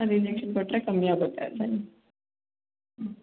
ಅದು ಇಂಜೆಕ್ಷನ್ ಕೊಟ್ಟರೆ ಕಮ್ಮಿ ಆಗುತ್ತೆ ಬನ್ನಿ ಹ್ಞೂ